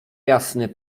jasny